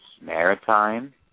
Maritime